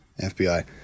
FBI